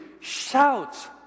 shouts